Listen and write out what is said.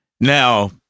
Now